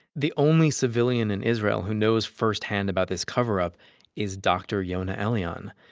the only civilian in israel who knows firsthand about this cover-up is dr. yonah elian,